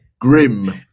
Grim